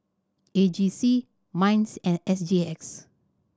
A G C MINDS and S G X